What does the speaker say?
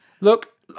Look